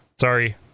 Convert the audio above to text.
sorry